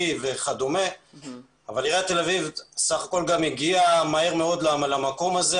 בל עיריית תל אביב בסך הכול הגיעה מהר מאוד למקום הזה.